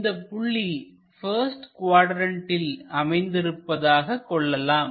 இந்தப் புள்ளி பஸ்ட் குவாட்ரண்ட்டில் அமைந்திருப்பதாக கொள்ளலாம்